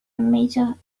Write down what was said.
major